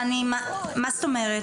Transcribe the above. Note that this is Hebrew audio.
מה זאת אומרת?